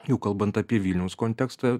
jau kalbant apie vilniaus kontekstą